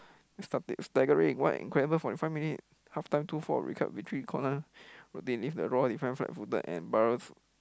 staggering what an incredible forty five minute halftime two four recover retreat corner